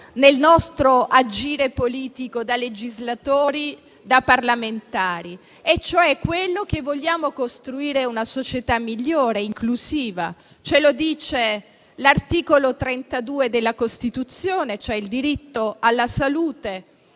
nel nostro agire politico da legislatori e da parlamentari. Quella che vogliamo costruire è una società migliore, inclusiva. Ce lo dice l'articolo 32 della Costituzione, cioè il diritto alla salute.